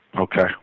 Okay